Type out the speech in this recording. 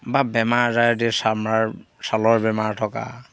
বা বেমাৰ আজাৰ দি চামৰাৰ ছালৰ বেমাৰ থকা